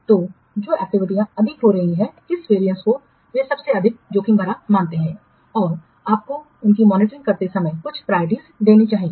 तो जो एक्टिविटीयाँ अधिक हो रही हैं किस वैरियेंस को वे सबसे अधिक जोखिम भरा मानते हैं और आपको उनकी मॉनिटरिंग करते समय कुछ प्रायोरिटी देनी चाहिए